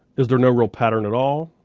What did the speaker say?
is there no real pattern at all?